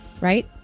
right